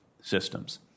systems